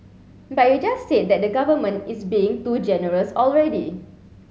but you just said that the government is being too generous already